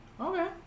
Okay